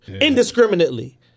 Indiscriminately